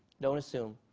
don't assume.